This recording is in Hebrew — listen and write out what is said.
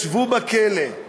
ישבו בכלא,